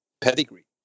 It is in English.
pedigree